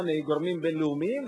מגורמים בין-לאומיים.